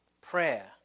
prayer